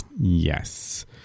yes